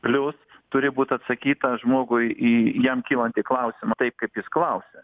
plius turi būt atsakyta žmogui į jam kylantį klausimą taip kaip jis klausia